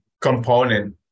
component